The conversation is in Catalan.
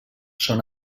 són